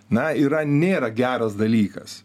na yra nėra geras dalykas